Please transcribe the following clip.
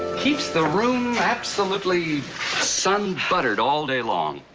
keeps the room absolutely sun buttered all day long.